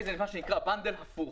זה מה שנקרא בנדל הפוך.